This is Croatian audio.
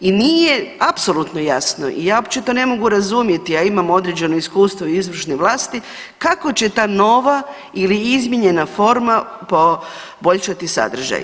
I nije apsolutno jasno i ja uopće to ne mogu razumjeti, a imam određeno iskustvo i u izvršnoj vlasti kako će ta nova ili izmijenjena forma poboljšati sadržaj.